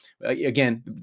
again